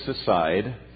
aside